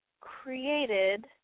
created